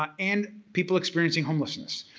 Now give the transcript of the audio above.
ah and people experiencing homelessness.